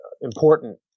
important